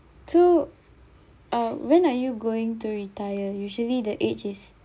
so uh when are you going to retire usually the age is